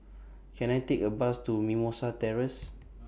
Can I Take A Bus to Mimosa Terrace